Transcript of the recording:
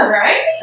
right